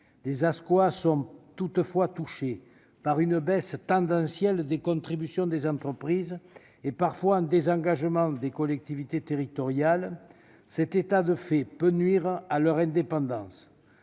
ces structures sont touchées par la baisse tendancielle des contributions des entreprises et, parfois, par le désengagement des collectivités territoriales. Cet état de fait peut nuire à leur indépendance.